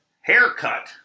haircut